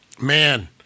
Man